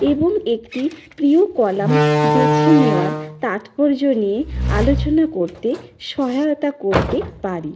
এবং একটি প্রিয় কলাম বেছে নেওয়ার তাৎপর্য নিয়ে আলোচনা করতে সহায়তা করতে পারি